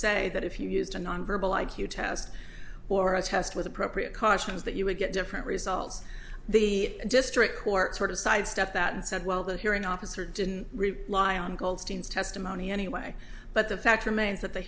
say that if you used a nonverbal i q test or a test with appropriate cautions that you would get different results the district court sort of sidestepped that and said well the hearing officer didn't reply on goldstein's testimony anyway but the fact remains that the